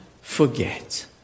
forget